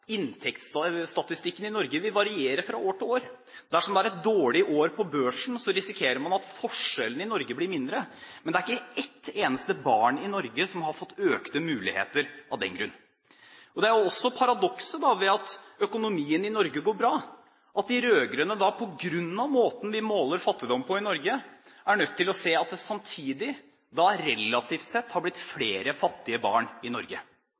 inntektsstatistikken i Norge vil variere fra år til år. Dersom det er et dårlig år på børsen, så risikerer man at forskjellene i Norge blir mindre, men det er ikke ett eneste barn i Norge som har fått økte muligheter av den grunn. Det er jo også paradokset ved at økonomien i Norge går bra, at de rød-grønne da – på grunn av måten vi måler fattigdom på i Norge – er nødt til å se at det samtidig, relativt sett, har blitt flere fattige barn i